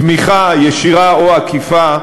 תמיכה, ישירה או עקיפה,